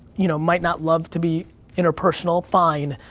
you know, might not love to be interpersonal, fine,